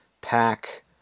pack